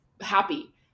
happy